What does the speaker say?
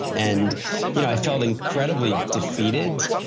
and you know i felt incredibly defeated.